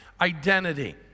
identity